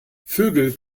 vögel